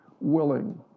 willing